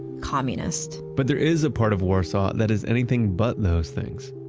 communist but there is a part of warsaw that is anything but those things,